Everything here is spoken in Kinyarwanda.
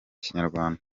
kinyarwanda